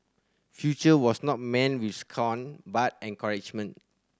future was not met with scorn but encouragement